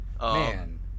Man